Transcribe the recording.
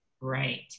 Right